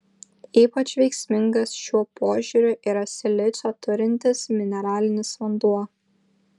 ypač veiksmingas šiuo požiūriu yra silicio turintis mineralinis vanduo